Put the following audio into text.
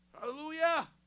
Hallelujah